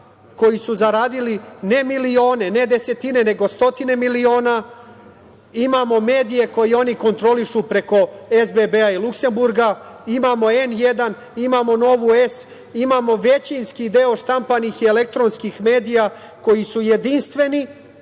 koji su zaradili ne milione, ne desetine, nego stotine miliona, imamo medije koje oni kontrolišu preko SBB-a ili Luksemburga, imamo N1, imamo Novu S, imamo većinski deo štampanih i elektronskih medija koji su jedinstveni